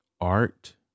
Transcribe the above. art